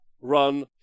run